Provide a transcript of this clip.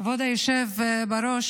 כבוד היושב בראש,